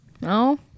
No